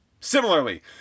Similarly